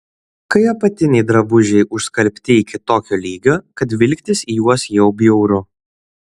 kai apatiniai drabužiai užskalbti iki tokio lygio kad vilktis juos jau bjauru